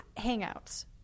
hangouts